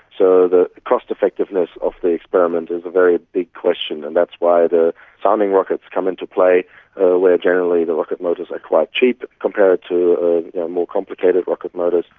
so the cost effectiveness of the experiment is a very big question, and that's why the sounding rockets come into play ah where generally the rocket motors are quite cheap compared to more collocated rocket motors,